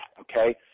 okay